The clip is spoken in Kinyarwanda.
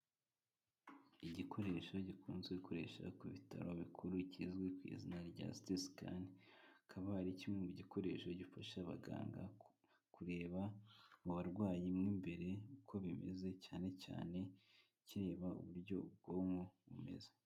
Igikoresho gikunzwe gukoresha ku bitaro bikuru kizwi ku izina rya stescan akaba ari kimwe mu gikoresho gifasha abaganga kureba mu barwayi mu imbere uko bimeze cyane cyane kireba uburyo ubwonko bumeze.